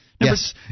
Yes